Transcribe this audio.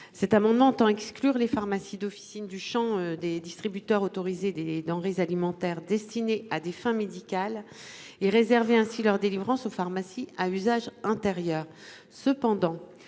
Cet amendement tend à exclure les pharmacies d'officine du Champ des distributeurs autorisés des denrées alimentaires destinés à des fins médicales et réservé ainsi leur délivrance aux pharmacies à usage intérieur